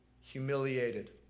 humiliated